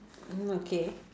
mm okay